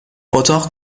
اتاق